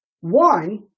One